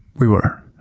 we were.